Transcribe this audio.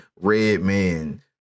Redman